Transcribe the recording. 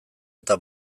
eta